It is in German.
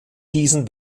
diesen